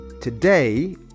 Today